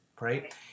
right